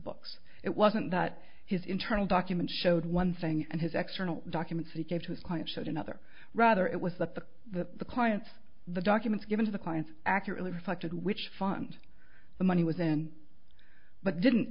books it wasn't that his internal documents showed one thing and his extra documents he gave to his client showed another rather it was that the that the clients the documents given to the clients accurately reflected which fund the money was in but didn't